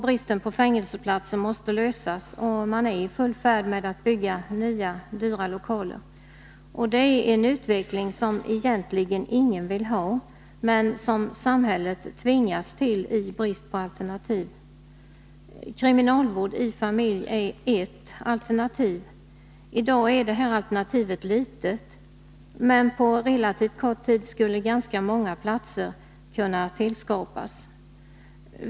Bristen på fängelseplatser måste lösas, och man är i full färd med att bygga nya, dyra lokaler. Det är en utveckling som egentligen ingen vill ha, men som samhället tvingas till i brist på alternativ. Kriminalvård i familj är ert alternativ. I dag är det alternativet litet, men på relativt kort tid skulle ganska många platser kunna tillskapas.